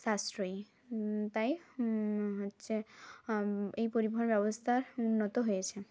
সাশ্রয়ী তাই হচ্ছে এই পরিবহন ব্যবস্থার উন্নত হয়েছে